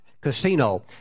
Casino